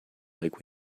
like